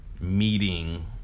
meeting